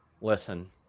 Listen